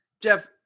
Jeff